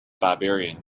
barbarian